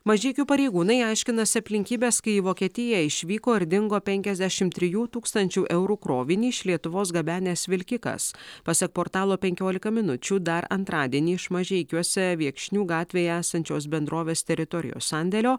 mažeikių pareigūnai aiškinasi aplinkybes kai į vokietiją išvyko ir dingo penkiasdešimt trijų tūkstančių eurų krovinį iš lietuvos gabenęs vilkikas pasak portalo penkiolika minučių dar antradienį iš mažeikiuose viekšnių gatvėje esančios bendrovės teritorijos sandėlio